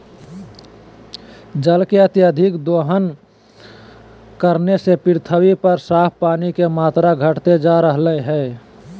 जल के अत्यधिक दोहन करे से पृथ्वी पर साफ पानी के मात्रा घटते जा रहलय हें